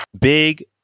Big